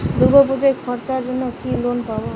দূর্গাপুজোর খরচার জন্য কি লোন পাব?